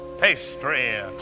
Pastry